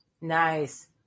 Nice